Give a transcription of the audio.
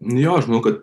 jo aš manau kad